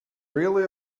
really